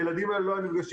הילדים האלה לא היו נפגשים,